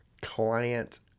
client